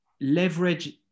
leverage